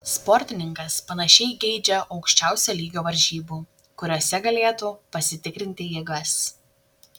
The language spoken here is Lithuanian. sportininkas panašiai geidžia aukščiausio lygio varžybų kuriose galėtų pasitikrinti jėgas